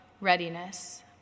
readiness